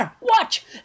Watch